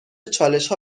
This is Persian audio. چالشها